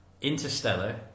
Interstellar